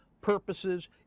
purposes